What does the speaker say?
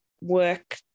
work